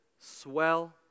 swell